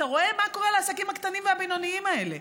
אתה רואה מה קורה לעסקים הקטנים והבינוניים האלה,